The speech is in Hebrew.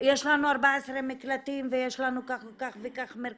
יש לנו 14 מקלטים ויש לנו כך וכך מרכזים,